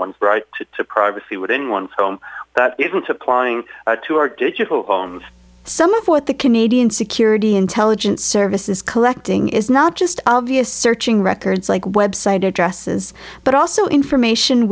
one's right to privacy within one's home that isn't supplying to our digital homes some of what the canadian security intelligence service is collecting is not just obvious searching records like website addresses but also information